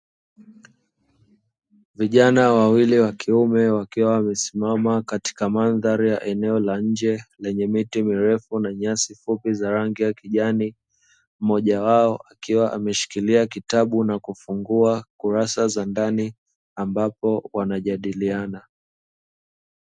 Vijana wawili wakiume wakiwa wamesimama katika mandhari ya eneo la nje lenye miti mirefu na nyasi fupi za rangi ya kijani, mmoja wao akiwa ameshikilia kitabu na kufungua kurasa za ndani ambapo wanajadiliana.